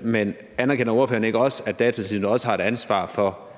Men anerkender ordføreren ikke også, at Datatilsynet også har et ansvar for,